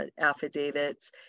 affidavits